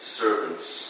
servants